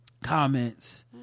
comments